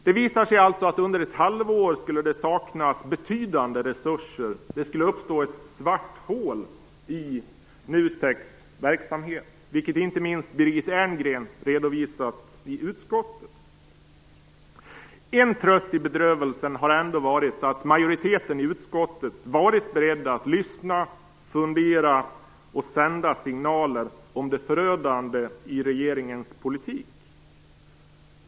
Det visar sig alltså att under ett halvår skulle det saknas betydande resurser, det skulle uppstå ett svart hål i NUTEK:s verksamhet, vilket inte minst Birgit Erngren redovisat i utskottet. En tröst i bedrövelsen har ändå varit att majoriteten i utskottet varit beredd att lyssna, fundera och sända signaler om det förödande i regeringens politik.